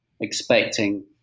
expecting